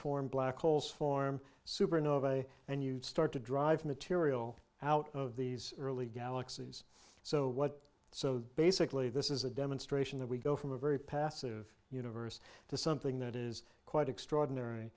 formed black holes form supernova and you start to drive material out of these early galaxies so what so basically this is a demonstration that we go from a very passive universe to something that is quite extraordinary